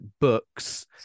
books